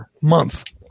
month